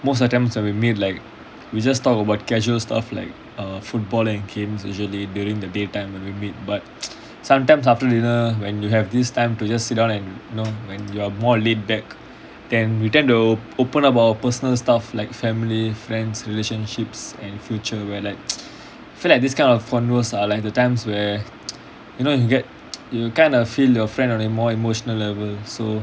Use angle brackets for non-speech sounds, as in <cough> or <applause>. most of the times when we meet like we just talk about casual stuff like err football and games usually during the daytime when we meet but <noise> sometimes after dinner when you have this time to just sit down and you know when you are more laid back then we tend to open up our personal stuff like family friends relationships and future where like feel like this kind of convos are like the times where <noise> you know you can get <noise> you kind of feel your friend on a more emotional level so